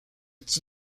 type